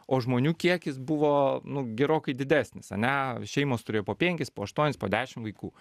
o žmonių kiekis buvo nu gerokai didesnis ane šeimos turėjo po penkis po aštuonis po dešimt vaikų